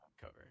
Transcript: cover